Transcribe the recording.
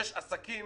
יש עסקים